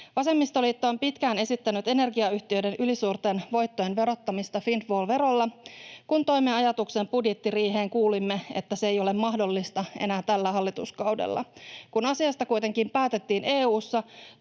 Vasemmistoliitto on pitkään esittänyt energiayhtiöiden ylisuurten voittojen verottamista windfall-verolla. Kun toimme ajatuksen budjettiriiheen, kuulimme, että se ei ole mahdollista enää tällä hallituskaudella. Kun asiasta kuitenkin päätettiin EU:ssa,